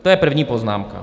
To je první poznámka.